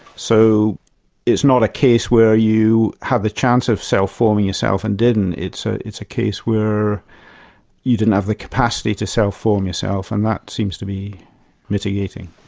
so it's not a case where you have a chance of self-forming yourself and didn't, it's ah it's a case where you didn't have the capacity to self-form yourself, and that seems to be mitigating.